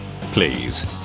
Please